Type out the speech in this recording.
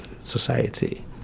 society